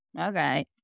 okay